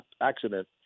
accident